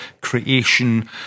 creation